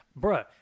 bruh